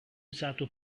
usato